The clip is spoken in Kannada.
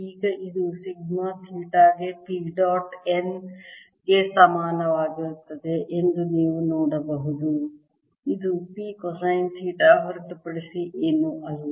ಈಗ ಇದು ಸಿಗ್ಮಾ ಥೀಟಾ ಗೆ P ಡಾಟ್ n ಗೆ ಸಮಾನವಾಗಿರುತ್ತದೆ ಎಂದು ನೀವು ನೋಡಬಹುದು ಇದು P ಕೊಸೈನ್ ಥೀಟಾ ಹೊರತುಪಡಿಸಿ ಏನೂ ಅಲ್ಲ